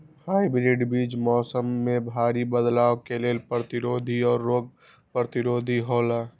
hybrid बीज मौसम में भारी बदलाव के लेल प्रतिरोधी और रोग प्रतिरोधी हौला